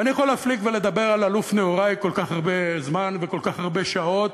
ואני יכול להפליג ולדבר על אלוף נעורי כל כך הרבה זמן וכל כך הרבה שעות,